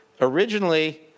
originally